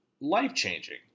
life-changing